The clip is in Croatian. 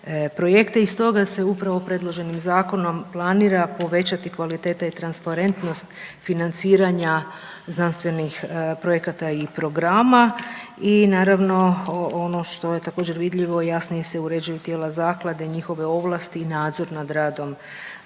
projekte. I stoga se upravo predloženim zakonom planira povećati kvaliteta i transparentnost financiranja znanstvenih projekata i programa i naravno ono što je također vidljivo jasnije se uređuju tijela zaklade i njihove ovlasti i nadzor nad radom